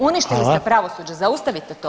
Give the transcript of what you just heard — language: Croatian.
Uništili ste pravosuđe, zaustavite to.